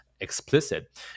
explicit